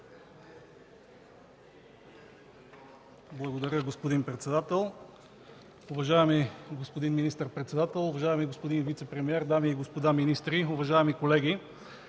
Благодаря, господин председател. Уважаеми господин министър-председател, уважаеми господин вицепремиер, дами и господа министри, уважаеми колеги!